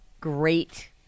Great